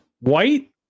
white